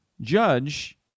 judge